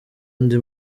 indi